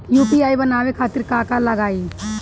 UPI बनावे खातिर का का लगाई?